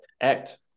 act